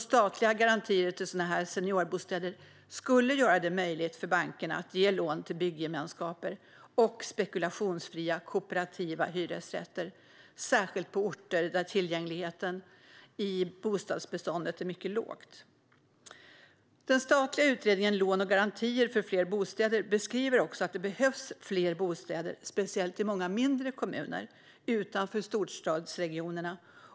Statliga garantier till sådana seniorbostäder skulle göra det möjligt för bankerna att ge lån till bygggemenskaper och spekulationsfria kooperativa hyresrätter, särskilt på orter där tillgängligheten i bostadsbeståndet är mycket låg. Den statliga utredningen Lån och garantier för fler bostäder beskriver också att det behövs fler bostäder speciellt i många mindre kommuner utanför storstadsregionerna.